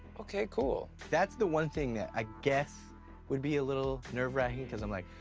okay, cool. that's the one thing that i guess would be a little nerve-wracking cause i'm like,